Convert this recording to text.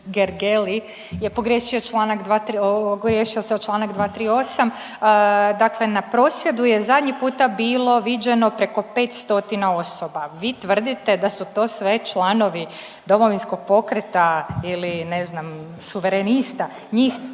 ogriješio se o čl. 238. dakle, na prosvjedu je zadnji puta bilo viđeno preko 500 osoba, vi tvrdite da su to sve članovi Domovinskog pokreta ili ne znam, Suverenista. Njih